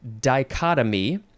dichotomy